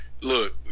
look